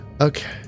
Okay